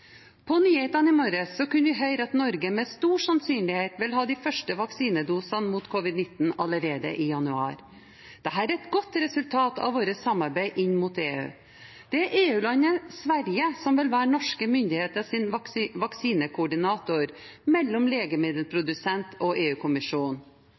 På nyhetene i morges kunne vi høre at Norge med stor sannsynlighet vil ha de første vaksinedosene mot covid-19 allerede i januar. Dette er et godt resultat av vårt samarbeid inn mot EU. Det er EU-landet Sverige som vil være norske myndigheters vaksinekoordinator mellom